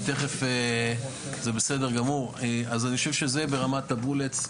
אני חושב שזה ברמת הבולס,